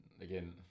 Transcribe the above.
again